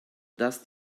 dass